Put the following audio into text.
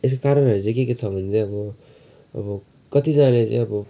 त्यसको कारणहरू के के छ भने चाहिँ अब अब कतिजनाले चाहिँ अब